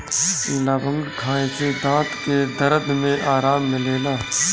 लवंग खाए से दांत के दरद में आराम मिलेला